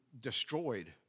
destroyed